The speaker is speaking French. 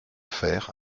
faire